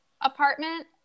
apartment